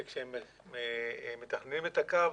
שכשהם מתכננים את הקו,